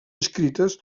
escrites